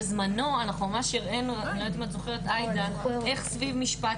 בזמנו אנחנו ממש הראינו איך סביב משפט